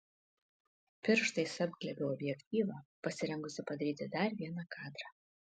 pirštais apglėbiau objektyvą pasirengusi padaryti dar vieną kadrą